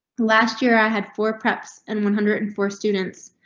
last year i had four preps and one hundred and four students.